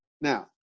Now